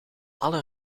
alle